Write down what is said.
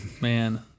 Man